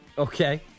Okay